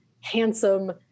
handsome